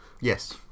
Yes